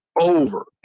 over